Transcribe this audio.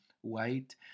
white